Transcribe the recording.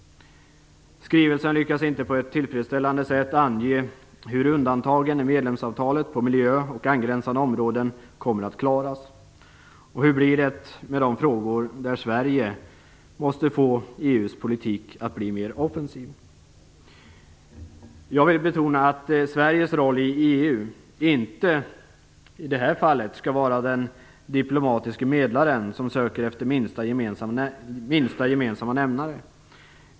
I skrivelsen lyckas man inte på ett tillfredsställande sätt ange hur undantagen i medlemsavtalet på miljöområdet och angränsande områden kommer att klaras. Och hur blir det med de frågor där Sverige måste få EU:s politik att bli mer offensiv? Jag vill betona att Sveriges roll i EU i det här fallet inte skall vara den diplomatiske medlaren, som söker efter minsta gemensamma nämnare.